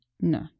No